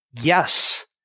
yes